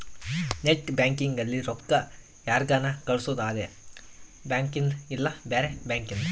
net banking ಅಲ್ಲಿ ರೊಕ್ಕ ಯಾರ್ಗನ ಕಳ್ಸೊದು ಅದೆ ಬ್ಯಾಂಕಿಂದ್ ಇಲ್ಲ ಬ್ಯಾರೆ ಬ್ಯಾಂಕಿಂದ್